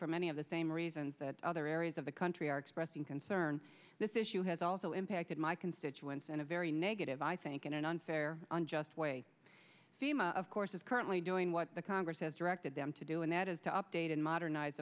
many of the same reasons that other areas of the country are expressing concern this issue has also impacted my constituents in a very negative i think in an unfair unjust way fema of course is currently doing what the congress has directed them to do and that is to update and modernize